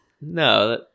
no